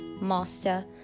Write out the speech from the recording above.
master